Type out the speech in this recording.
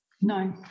No